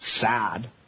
Sad